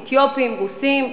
אתיופים ורוסים,